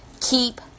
Keep